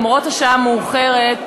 למרות השעה המאוחרת,